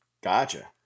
Gotcha